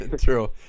True